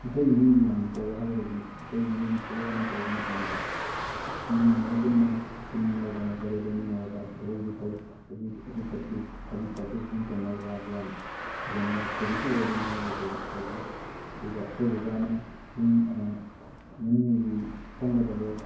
ꯑꯩꯈꯣꯏ ꯏꯃꯨꯡꯒꯤ ꯌꯥꯝ ꯐꯕ ꯍꯥꯏꯔꯒꯗꯤ ꯑꯩꯈꯣꯏꯒꯤ ꯏꯃꯨꯡꯒꯤ ꯊꯕꯛ ꯑꯃ ꯇꯧꯕ ꯃꯇꯝꯗ ꯏꯃꯨꯡ ꯃꯅꯨꯡ ꯄꯨꯟꯅ ꯄꯨꯟꯃꯤꯟꯅꯔꯒ ꯋꯥꯔꯦꯞ ꯂꯧꯃꯤꯟꯅꯔꯒ ꯁꯤ ꯊꯕꯛ ꯑꯁꯤ ꯐꯩ ꯑꯗꯨ ꯑꯗꯨ ꯐꯠꯇꯦ ꯑꯗꯨ ꯇꯥꯊꯣꯛ ꯇꯥꯁꯤꯟ ꯇꯧꯅꯔꯒ ꯑꯩꯈꯣꯏ ꯌꯥꯝ ꯐꯖꯅ ꯄꯣꯖꯤꯇꯤꯕ ꯑꯣꯏꯕ ꯃꯑꯣꯡꯗ ꯇꯧꯋꯤ ꯑꯗꯨꯒ ꯑꯩꯍꯣꯏ ꯕꯕꯥꯅ ꯌꯨꯝ ꯌꯨꯝꯒꯤ ꯆꯪꯒꯗꯕ